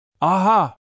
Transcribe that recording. Aha